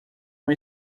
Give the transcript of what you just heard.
uma